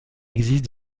existent